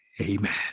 Amen